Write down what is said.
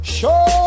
Show